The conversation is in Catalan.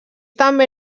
també